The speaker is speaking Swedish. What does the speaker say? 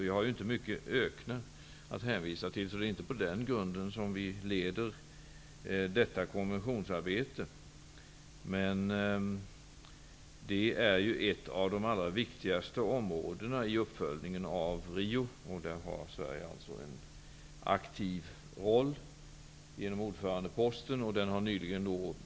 Vi har ju inte mycket öken att hänvisa till, så det är inte på den grunden som vi leder detta konventionsarbete. Däremot är frågan om ökenspridningen en av de allra viktigaste frågorna vid uppföljningen av Riokonferensen. Sverige spelar där en aktiv roll genom ordförandeposten.